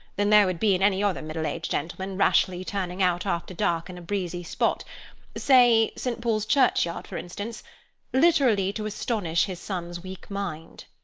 than there would be in any other middle-aged gentleman rashly turning out after dark in a breezy spot say saint paul's churchyard for instance literally to astonish his son's weak mind.